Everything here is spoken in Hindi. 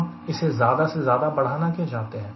हम इसे ज्यादा से ज्यादा बढ़ाना क्यों चाहते हैं